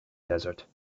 desert